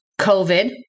COVID